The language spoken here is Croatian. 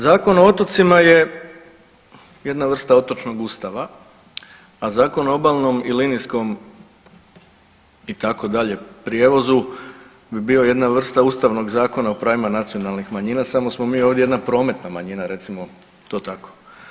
Zakon o otocima je jedna vrsta otočno ustava, a Zakon o obalnom i linijskom itd. prijevozu bi bio jedna vrsta ustavnog Zakona o pravima nacionalnih manjina, samo smo mi ovdje jedna prometna manjina recimo to tako.